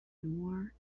nor